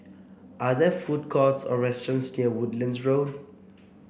are there food courts or restaurants near Woodlands Road